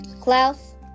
Klaus